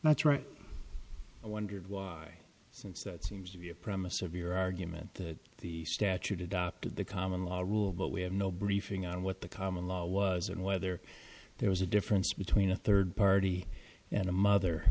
that's right i wondered since that seems to be a premise of your argument that the statute is the common law rule but we had no briefing on what the common law was and whether there was a difference between a third party and a mother